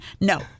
No